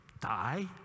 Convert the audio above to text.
die